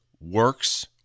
works